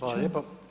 Hvala lijepa.